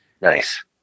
Nice